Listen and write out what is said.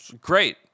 great